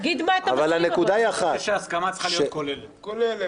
לכן אני אומר שאם לא נגיע להסכמות על עניין